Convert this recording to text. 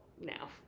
now